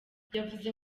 yavuze